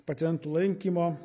pacientų lankymo